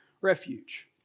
refuge